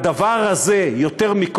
בדבר הזה הבית הזה צריך לעסוק, נא לסיים, אדוני.